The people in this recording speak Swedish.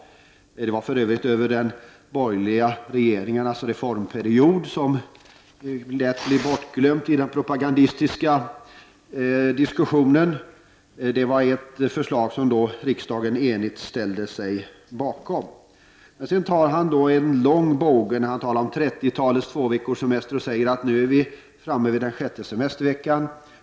Det skedde för övrigt under de borgerliga regeringarnas reformperiod, vilket lätt blir bortglömt i den propagandistiska diskussionen, och det var ett förslag som riksdagen enigt ställde sig bakom. Han gör ett långt hopp när han först talar om 30-talets två semesterveckor och sedan säger att vi nu är framme vid den sjätte semesterveckan.